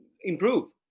improve